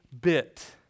bit